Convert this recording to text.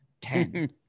ten